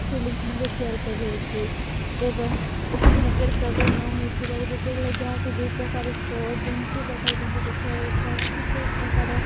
feelings ମଧ୍ୟ share କରିହେଉଛି ଏବଂ ଏତେବି ନେଟ୍ୱାର୍କ୍ ପ୍ରୋବ୍ଲେମ୍ ନହୋଇଥିବାରୁ ଯେତେବେଳେ ଯାହାକୁ ଯେଉଁ ପ୍ରକାର ସୋ' ଯେମିତି ପ୍ରକାର ଜିନିଷ ଦେଖିବାର ଇଚ୍ଛା ହେଉଛି ସେ ସେ ପ୍ରକାର